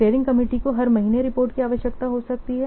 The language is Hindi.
स्टीयरिंग कमिटी को हर महीने रिपोर्ट की आवश्यकता हो सकती है